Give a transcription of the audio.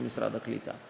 כמשרד הקליטה.